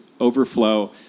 overflow